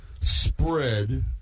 spread